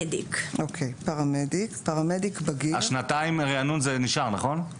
אז שנתיים ריענון זה נשאר, נכון?